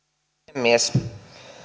puhemies